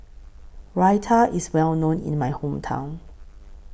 Raita IS Well known in My Hometown